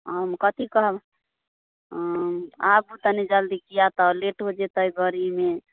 हम कथी करब आबू तनी जल्दी किआ तऽ लेट हो जयतै गाड़ीमे